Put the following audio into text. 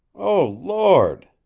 oh, lord!